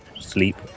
sleep